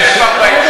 אוקיי.